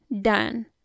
done